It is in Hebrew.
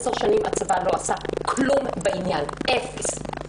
במשך עשר שנים הצבא לא עשה כלום בעניין, אפס.